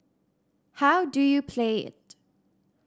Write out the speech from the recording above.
how do you play it